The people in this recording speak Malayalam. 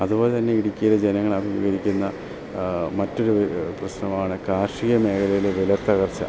അതുപോലെ തന്നെ ഇടുക്കിയിലെ ജനങ്ങൾ അഭിമുഘീകരിക്കുന്ന മറ്റൊരു പ്രശ്നമാണ് കാർഷിക മേഖലയിലെ വില തകർച്ച